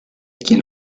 quien